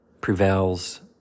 prevails